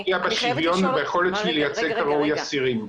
וזה פוגע בשוויון וביכולת שלי לייצג כראוי אסירים.